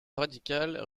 radical